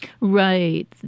Right